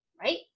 right